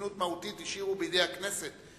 חסינות מהותית השאירו בידי הכנסת,